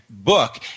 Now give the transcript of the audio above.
book